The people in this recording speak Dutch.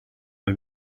een